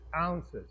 ounces